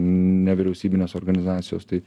nevyriausybinės organizacijos tai